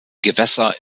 gewässer